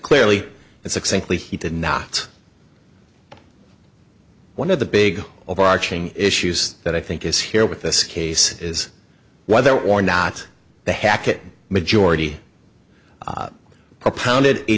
clearly and succinctly he did not one of the big overarching issues that i think is here with this case is whether or not the hackett majority